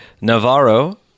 Navarro